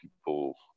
people